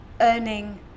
earning